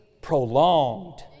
prolonged